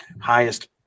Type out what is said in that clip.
highest